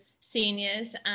seniors